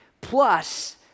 plus